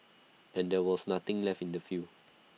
and there was nothing left in our field